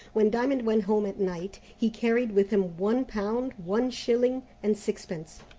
when diamond went home at night, he carried with him one pound one shilling and sixpence,